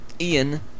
Ian